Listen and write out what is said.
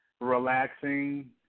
relaxing